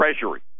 Treasury